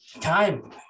time